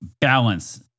balance